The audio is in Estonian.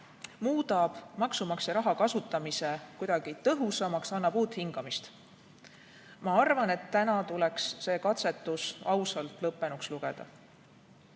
muudab maksumaksja raha kasutamise kuidagi tõhusamaks, annab uut hingamist. Ma arvan, et täna tuleks see katsetus ausalt lõppenuks lugeda.